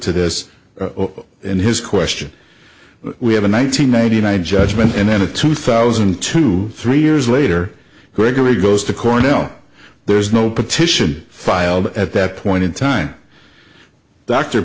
to this in his question we have a nine hundred ninety nine judgment and then a two thousand to three years later gregory goes to cornell there's no petition filed at that point in time dr